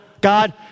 God